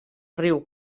riu